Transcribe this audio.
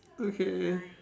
okay